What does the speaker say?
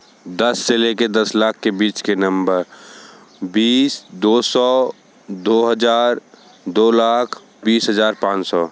दस से ले के दस लाख के बीच के नंम्बर बीस दो सौ दो हज़ार दो लाख बीस हज़ार पाँच सौ